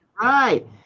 right